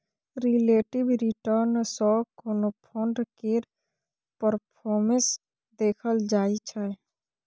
relative return सँ कोनो fund केर परफॉर्मेस देखल जाइ छै